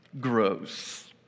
Gross